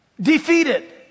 defeated